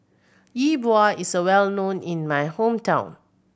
Yi Bua is well known in my hometown